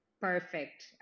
perfect